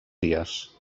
dies